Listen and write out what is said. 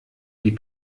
die